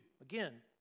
Again